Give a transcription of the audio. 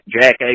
Jack